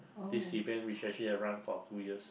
this event which actually have run for two years